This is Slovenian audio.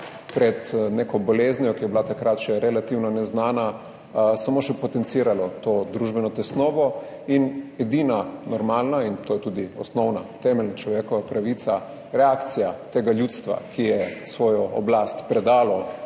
pred neko boleznijo, ki je bila takrat še relativno neznana, samo še potenciralo to družbeno tesnobo. Edina normalna in tudi osnovna, temeljna človekova pravica, reakcija tega ljudstva, ki je svojo oblast predalo